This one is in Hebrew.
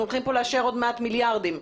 אנחנו הולכים לאשר כאן מיליארדי שקלים.